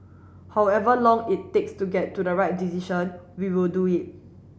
however long it takes to get to the right decision we will do it